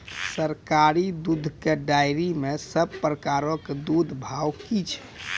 सरकारी दुग्धक डेयरी मे सब प्रकारक दूधक भाव की छै?